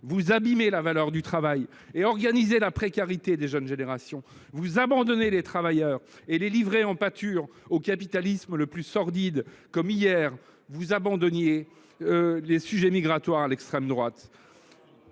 Vous abîmez la valeur du travail et organisez la précarité des jeunes générations ! Vous abandonnez les travailleurs et les livrez en pâture au capitalisme le plus sordide, comme hier vous abandonniez les sujets migratoires à l’extrême droite